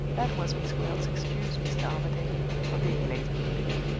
that was miss gwilt's excuse, mr. armadale, for being late at the mere.